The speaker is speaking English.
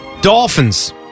Dolphins